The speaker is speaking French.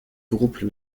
groupe